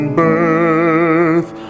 birth